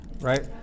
Right